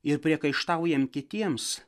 ir priekaištaujam kitiems